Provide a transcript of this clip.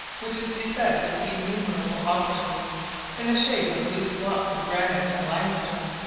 which is beset with innumerable obstacles in the shape of loose blocks of granite and limestone,